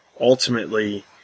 ultimately